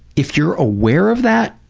if you're aware of that,